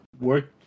work